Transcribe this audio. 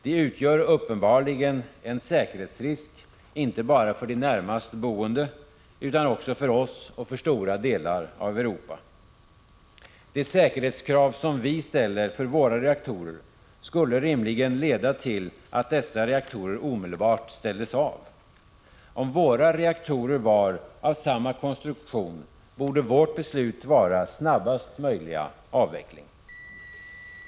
De utgör uppenbarligen en säkerhetsrisk inte bara för de närmast boende utan för stora delar av Europa. De säkerhetskrav vi ställer på våra reaktorer skulle rimligen leda till att dessa reaktorer omedelbart ställdes av. Om våra reaktorer var av samma konstruktion borde vårt beslut vara snabbast möjliga avveckling.